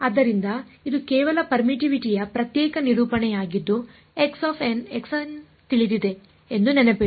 ಆದ್ದರಿಂದ ಇದು ಕೇವಲ ಪರ್ಮಿಟಿವಿಟಿಯ ಪ್ರತ್ಯೇಕ ನಿರೂಪಣೆಯಾಗಿದ್ದು ತಿಳಿದಿದೆ ಎಂದು ನೆನಪಿಡಿ